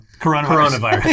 coronavirus